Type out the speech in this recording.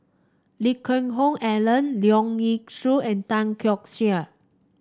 Lee Geck Hoon Ellen Leong Yee Soo and Tan Keong Saik